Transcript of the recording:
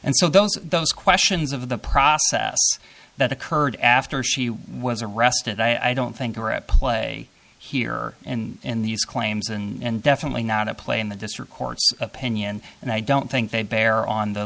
and so those those questions of the process that occurred after she was arrested i don't think are at play here and these claims and definitely not at play in the district court's opinion and i don't think they bear on the